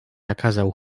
nakazał